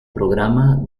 programa